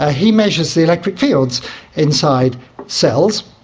ah he measures the electric fields inside cells.